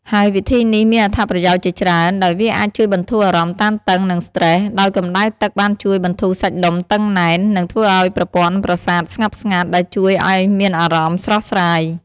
ហើយវិធីនេះមានអត្ថប្រយោជន៍ជាច្រើន ដោយវាអាចជួយបន្ធូរអារម្មណ៍តានតឹង និងស្ត្រេស ដោយកម្ដៅទឹកបានជួយបន្ធូរសាច់ដុំតឹងណែន និងធ្វើឲ្យប្រព័ន្ធប្រសាទស្ងប់ស្ងាត់ ដែលជួយឲ្យមានអារម្មណ៍ស្រស់ស្រាយ។